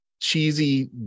cheesy